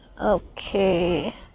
Okay